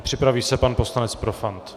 Připraví se pan poslanec Profant.